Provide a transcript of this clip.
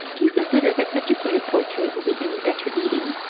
do you consider that educated poultry will be any better eating,